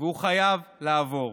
והוא חייב לעבור.